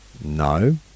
No